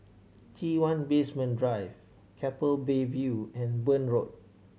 T One Basement Drive Keppel Bay View and Burn Road